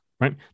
right